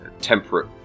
temperate